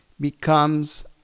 becomes